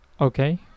Okay